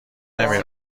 نمی